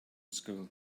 school